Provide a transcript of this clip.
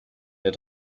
der